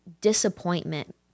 disappointment